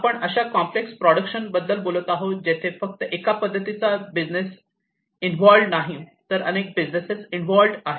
आपण अश्या complex production process बद्दल बोलत आहोत जेथे फक्त एक पद्धतीचा बिझनेस इन्व्हॉल्व्हड नाही तर अनेक बिझनेसेस इन्व्हॉल्व्हड आहेत